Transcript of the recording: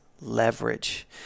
leverage